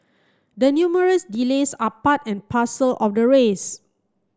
the numerous delays are part and parcel of the race